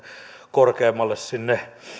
korkeimmalle sinne